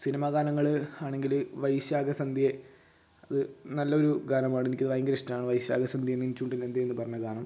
cinema ഗാനങ്ങളാണെങ്കില് വൈശാഖ സന്ധ്യേ അത് നല്ലൊരു ഗാനമാണ് എനിക്കത് ഭയങ്കര ഇഷ്ട്ടമാണ് വൈശാഖ സന്ധ്യേ നിൻ ചുണ്ടിലെന്തേന്ന് പറഞ്ഞ ഗാനം